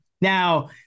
Now